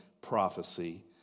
prophecy